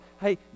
Hey